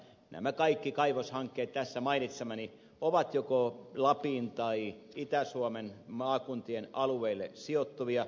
nämä kaikki kaivoshankkeet tässä mainitsemani ovat joko lapin tai itä suomen maakuntien alueille sijoittuvia